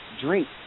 drink